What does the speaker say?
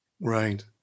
Right